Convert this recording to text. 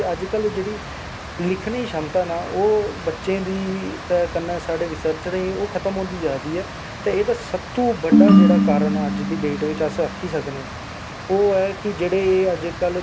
इसी चीज गी परमोट अग्गै लेना मतलब कि पुजदे ना ओहदे बाबजूद साढ़ा जेहका डोगरा कल्चर ऐ डोगरा कल्चर बिच जेहकी साढ़ियां कुछ पार्टियां कुछ लोक जेहके साढ़े अपने मतलब कि में नां केह् नां में लेना ही नेी चांहदी